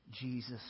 Jesus